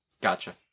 Gotcha